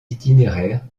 itinéraires